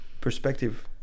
perspective